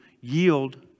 yield